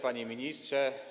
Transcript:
Panie Ministrze!